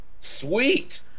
Sweet